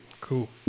cool